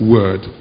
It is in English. Word